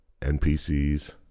NPCs